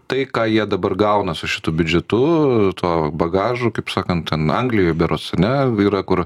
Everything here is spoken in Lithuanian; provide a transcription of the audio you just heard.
tai ką jie dabar gauna su šitu biudžetu tuo bagažu kaip sakant ten anglijoj berods ane yra kur